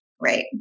Right